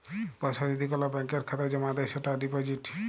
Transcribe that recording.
পয়সা যদি কল ব্যাংকের খাতায় জ্যমা দেয় সেটা ডিপজিট